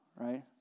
right